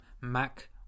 Mac